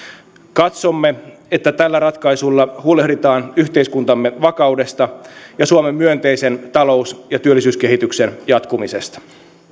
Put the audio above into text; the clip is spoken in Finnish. katsomme että tällä ratkaisulla huolehditaan yhteiskuntamme vakaudesta ja suomen myönteisen talous ja työllisyyskehityksen jatkumisesta